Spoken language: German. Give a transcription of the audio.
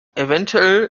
eventuell